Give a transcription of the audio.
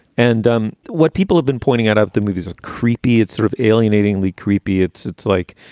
and um what people have been pointing out of the movie is a creepy. it's sort of alienating lee creepy. it's it's like,